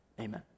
Amen